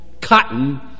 cotton